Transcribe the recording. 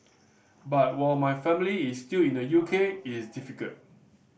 but while my family is still in the U K it's difficult